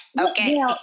Okay